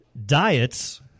Diets